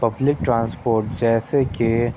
public transport جیسے کہ